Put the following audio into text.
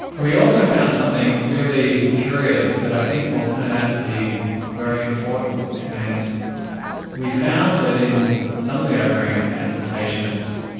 we also found something really curious that i think will turn out to be very important. and we found that in some of the ovarian cancer patients,